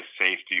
safety